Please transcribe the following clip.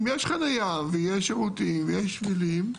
אם יש חניה ויש שירותים ויש שבילים,